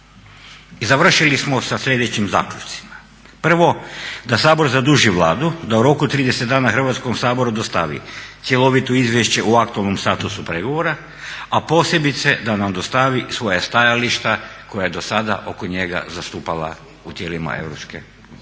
I završili smo sa sljedećim zaključcima. Prvo, da Sabor zaduži Vladu da u roku od 30 dana Hrvatskom saboru dostavi cjelovito izvješće o aktualnom statusu pregovora, a posebice da nam dostavi svoja stajališta koja je do sada oko njega zastupala u tijelima